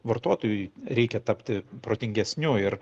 vartotojui reikia tapti protingesniu ir